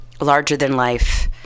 larger-than-life